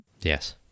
Yes